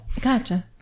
Gotcha